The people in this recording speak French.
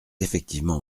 effectivement